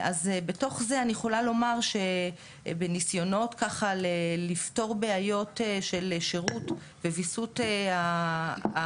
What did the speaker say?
אז בתוך זה אני יכולה לומר שבניסיונות לפתור בעיות של שירות וויסות הקהל